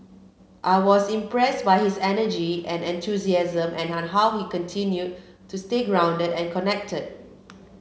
I was impressed by his energy and enthusiasm and how he continued to stay grounded and connected